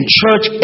church